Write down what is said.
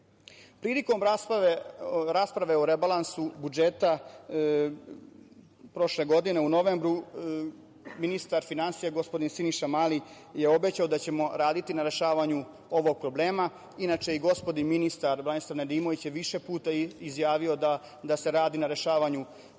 ne. Prilikom rasprave o rebalansu budžeta prošle godine u novembru, ministar finansija gospodin Siniša Mali je obećao da ćemo raditi na rešavanju ovog problema. Inače, gospodin ministar Branislav Nedimović je više puta izjavio da se radi na rešavanju